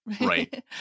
right